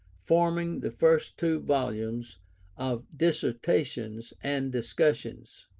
forming the first two volumes of dissertations and discussions.